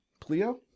Pleo